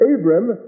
Abram